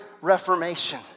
reformation